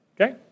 Okay